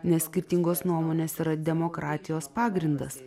nes skirtingos nuomonės yra demokratijos pagrindas